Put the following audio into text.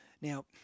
Now